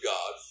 God